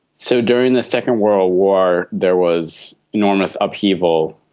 so during the second world war there was enormous upheaval.